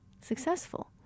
successful